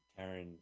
Taryn